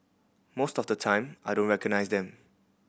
most of the time I don't recognise them